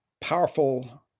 powerful